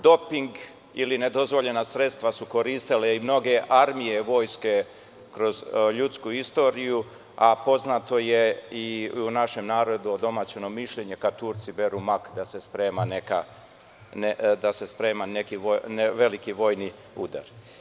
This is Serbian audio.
Doping ili nedozvoljena sredstva su koristile i mnoge armije vojske kroz ljudsku istoriju, a poznato je i u našem narodu odomaćeno mišljenje – kad Turci beru mak, da se sprema veliki vojni udar.